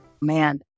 Man